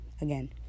again